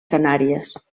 canàries